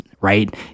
right